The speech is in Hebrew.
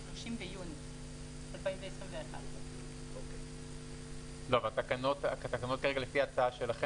עד 30 ביוני 2021. אבל התקנות לפי ההצעה שלכם,